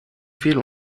fehl